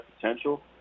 potential